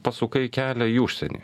pasukai kelią į užsienį